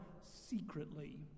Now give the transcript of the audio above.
secretly